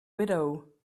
widow